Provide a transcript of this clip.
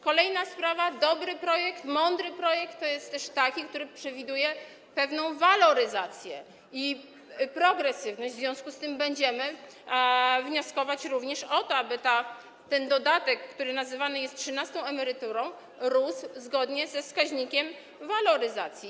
Kolejna sprawa: dobry projekt, mądry projekt, to jest też taki, który przewiduje waloryzację i progresywność, w związku z tym będziemy wnioskować również o to, aby dodatek, który nazywany jest trzynastą emeryturą, rósł zgodnie ze wskaźnikiem waloryzacji.